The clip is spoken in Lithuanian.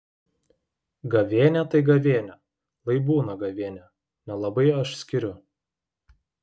gavėnia tai gavėnia lai būna gavėnia nelabai aš skiriu